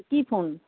কী phone